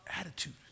Attitude